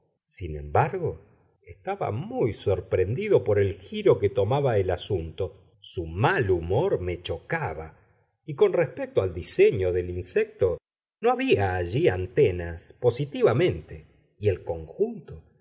sin embargo estaba muy sorprendido por el giro que tomaba el asunto su mal humor me chocaba y con respecto al diseño del insecto no había allí antenas positivamente y el conjunto